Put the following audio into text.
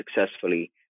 successfully